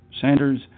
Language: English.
Sanders